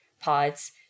pods